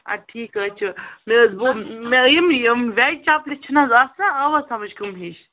اَدٕ ٹھیٖک حظ چھِ مےٚ ووٚن مےٚ ہٲیِو یِم یِم زَنہِ چَپلہِ چھِنہٕ حظ آسان آوا سمٕجھ کٔم ہِش